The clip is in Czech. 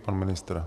Pan ministr.